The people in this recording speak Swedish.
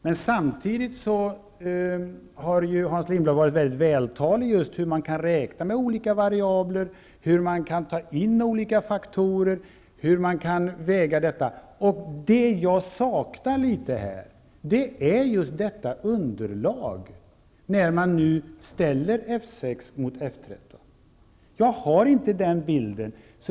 Men samtidigt har ju Hans Lindblad varit väldigt vältalig när det gäller just hur man kan räkna med olika variabler, hur man kan ta in olika faktorer och väga dem mot varandra. Det jag saknar här är just detta underlag, när man nu ställer F 6 mot F 13.